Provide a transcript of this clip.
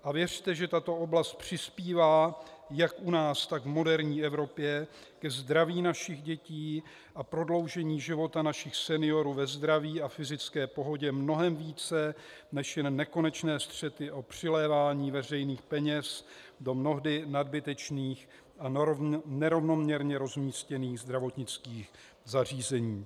A věřte, že tato oblast přispívá jak u nás, tak v moderní Evropě ke zdraví našich dětí a prodloužení života našich seniorů ve zdraví a fyzické pohodě mnohem více než jen nekonečné střety o přilévání veřejných peněz do mnohdy nadbytečných a nerovnoměrně rozmístěných zdravotnických zařízení.